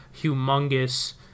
humongous